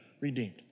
redeemed